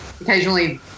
occasionally